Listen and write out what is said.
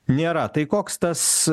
nėra tai koks tas